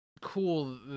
cool